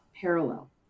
parallel